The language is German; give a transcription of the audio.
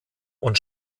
und